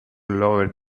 lowered